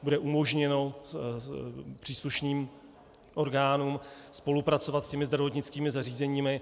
Bude umožněno příslušným orgánům spolupracovat s těmi zdravotnickými zařízeními.